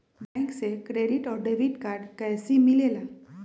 Bank से credit और debit card कैसी मिलेला?